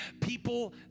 people